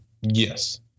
Yes